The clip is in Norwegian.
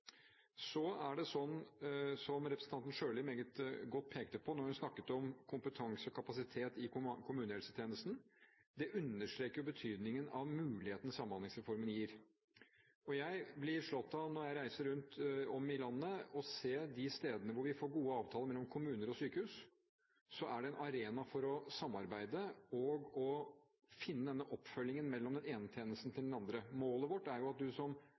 Så er det sånn at det som representanten Sjøli meget godt pekte på da hun snakket om kompetansekapasitet i kommunehelsetjenesten, understreker betydningen av mulighetene Samhandlingsreformen gir. Jeg blir, når jeg reiser rundt om i landet og ser de stedene hvor vi får gode avtaler mellom kommuner og sykehus, slått av at det er en arena for å samarbeide og finne denne oppfølgingen fra den ene tjenesten til den andre. Målet vårt er at du som